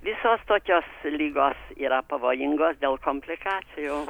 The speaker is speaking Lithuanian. visos tokios ligos yra pavojingos dėl komplikacijų